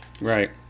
Right